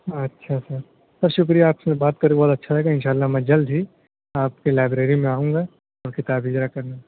اچھا sir sir شکریہ آپ سے بات کر کے بہت اچھا لگا انشاء اللہ میں جلد ہی آپ کے لائبریری میں آؤں گا اور کتاب اجرا کروں گا